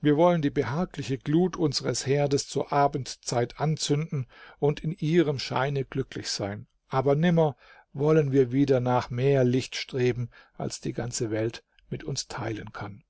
wir wollen die behagliche glut unseres herdes zur abendzeit anzünden und in ihrem scheine glücklich sein aber nimmer wollen wir wieder nach mehr licht streben als die ganze welt mit uns teilen kann